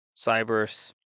Cybers